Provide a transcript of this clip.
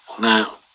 Now